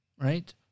right